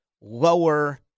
lower